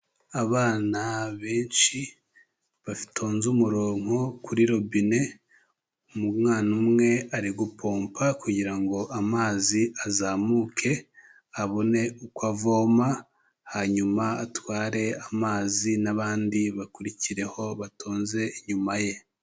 Abana benshi batonze umuronko kuri robine, umwana umwe ari gupompa kugira ngo amazi azamuke abone uko avoma, hanyuma atware amazi n'abandi bakurikireho batonze inyuma ye.